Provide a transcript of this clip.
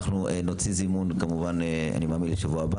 אנחנו נוציא זימון לשבוע הבא.